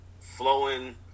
flowing